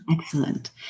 Excellent